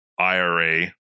IRA